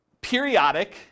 periodic